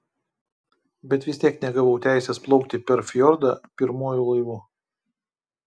bet vis tiek negavau teisės plaukti per fjordą pirmuoju laivu